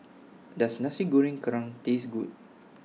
Does Nasi Goreng Kerang Taste Good